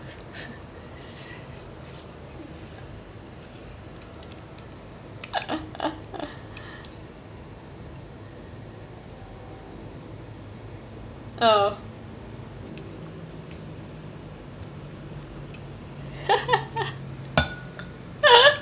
oh